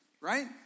right